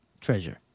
treasure